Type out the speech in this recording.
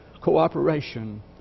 cooperation